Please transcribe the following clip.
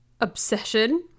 obsession